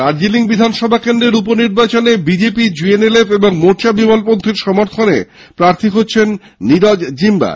দার্জিলিং বিধানসভা কেন্দ্রের উপনির্বাচনে বিজেপি জিএনএলএফ ও মোর্চা বিমলপন্থী সমর্থনে প্রার্থী হচ্ছেন নীরজ জিম্বা